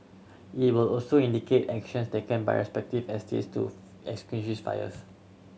it will also indicate actions taken by respective estates to extinguish fires